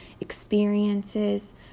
experiences